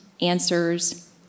answers